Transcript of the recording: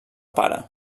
pare